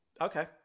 Okay